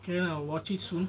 can I will watch it soon